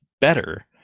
better